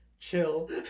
chill